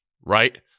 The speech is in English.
right